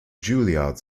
juilliard